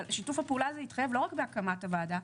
אבל שיתוף הפעולה הזה מתחייב לא רק בהקמת הוועדה,